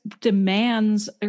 demands